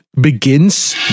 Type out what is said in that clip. begins